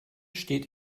steht